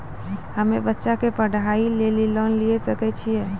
हम्मे बच्चा के पढ़ाई लेली लोन लिये सकय छियै?